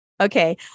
Okay